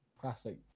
Classic